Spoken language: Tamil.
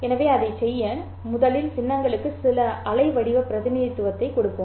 எனவே அதைச் செய்ய முதலில் சின்னங்களுக்கு சில அலைவடிவ பிரதிநிதித்துவத்தைக் கொடுப்போம்